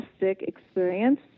experience